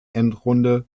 endrunde